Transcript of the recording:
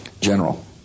General